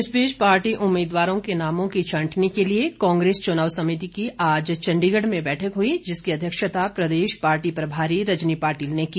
इस बीच पार्टी उम्मीदवारों के नामों की छंटनी के लिए कांग्रेस चुनाव समिति की आज चण्डीगढ़ में बैठक हुई जिसकी अध्यक्षता प्रदेश पार्टी प्रभारी रजनी पाटिल ने की